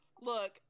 Look